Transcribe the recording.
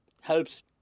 helps